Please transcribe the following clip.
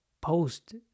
post